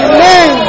Amen